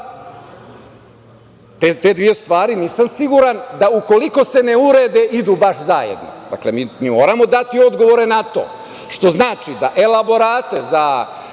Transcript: dve stvari nisam siguran da ukoliko se ne urede idu baš zajedno. Dakle, mi moramo dati odgovore na to. Što znači da elaborate za